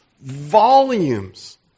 volumes